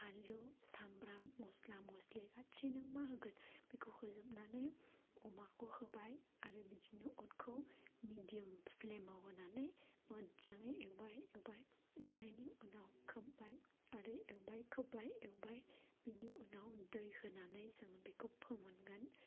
फानलु साब्राम मस्ला मस्लि गासै नों मा होगोन बेखौ होजोबनानै अमाखौ होबाय आरो बिदिनो अरखौ मेडियाम स्लेमाव होनानै मोजाङै एवबाय एवबाय एवनायनि उनाव खोब्बाय आरो एवबाय खोब्बाय एवबाय बेनि उनाव दै होनानै जों बेखौ फोमोनगोन